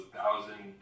thousand